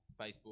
Facebook